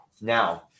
Now